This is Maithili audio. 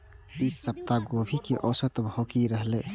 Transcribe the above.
ई सप्ताह गोभी के औसत भाव की रहले?